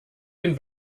den